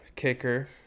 kicker